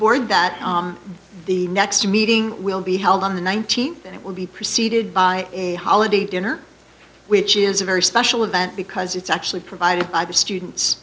board that the next meeting will be held on the nineteenth and it will be preceded by a holiday dinner which is a very special event because it's actually provided by the students